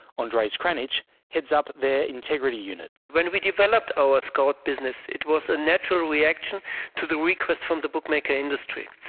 andreas krannich heads up their integrity unit. when we developed our scout business it was a natural reaction to the request from the bookmaker industry,